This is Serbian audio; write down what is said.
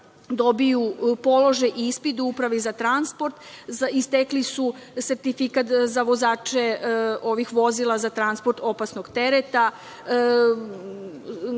vozača polože ispit u Upravi za transport i stekli su sertifikat za vozače ovih vozila za transport opasnog tereta,